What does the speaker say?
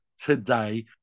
today